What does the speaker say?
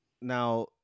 now